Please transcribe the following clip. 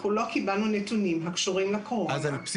אנחנו לא קיבלנו נתונים הקשורים לקורונה,